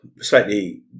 slightly